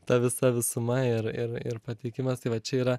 ta visa visuma ir ir ir pateikimas tai va čia yra